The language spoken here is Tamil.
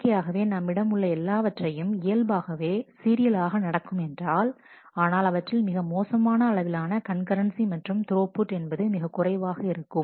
இயற்கையாகவே நம்மிடம் உள்ள எல்லாவற்றையும் இயல்பாகவே சீரியலாக நடக்கும் என்றால் ஆனால் அவற்றில் மிக மோசமான அளவிலான கண்கரன்சி மற்றும் த்ரோபுட் என்பது மிகக் குறைவாக இருக்கும்